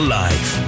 life